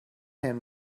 him